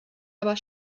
aber